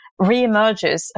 reemerges